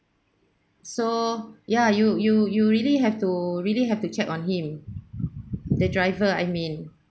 so ya you you you really have to really have to check on him the driver I mean